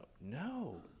No